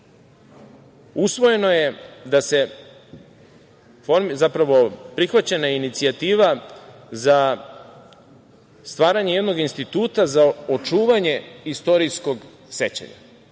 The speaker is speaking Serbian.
usvojena je, zapravo prihvaćena je inicijativa za stvaranje jednog instituta za očuvanje istorijskog sećanja. Mi